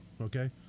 okay